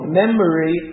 memory